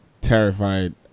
terrified